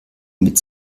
mit